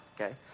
Okay